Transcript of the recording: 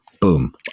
boom